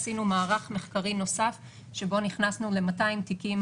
עשינו מערך מחקרי נוסף שבו נכנסנו ל-200 תיקים